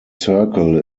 circle